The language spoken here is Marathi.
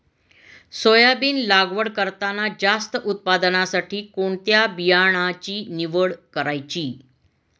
सोयाबीन लागवड करताना जास्त उत्पादनासाठी कोणत्या बियाण्याची निवड करायची?